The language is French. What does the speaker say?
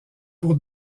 pour